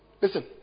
Listen